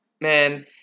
man